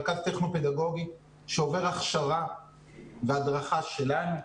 רכז טכנו-פדגוגי שעובר הכשרה הדרכה שלנו,